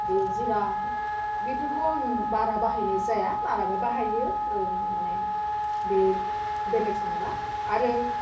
बे जिरा बिफोरखौ आं बारा बाहायनाय जाया मालाबा बाहायो माने बे बेलेग संबा आरो